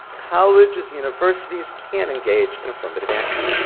colleges, universities can engage in affirmative action.